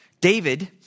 David